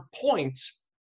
points